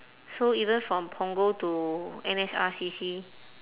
so even from punggol to N_S_R_C_C